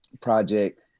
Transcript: project